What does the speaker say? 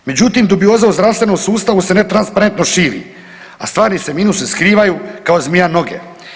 Međutim, dubioza u zdravstvenom sustavu se ne transparentno širi, a stvarne se minuse skrivaju kao zmija noge.